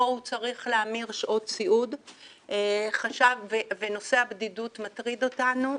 או הוא צריך להמיר שעות סיעוד ונושא הבדידות מטריד אותנו,